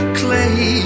clay